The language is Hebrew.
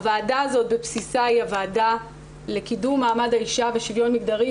הוועדה הזאת בבסיסה היא הוועדה לקידום מעמד האישה ושוויון מגדרי,